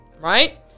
right